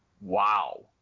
wow